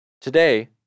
Today